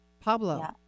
pablo